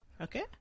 Okay